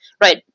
right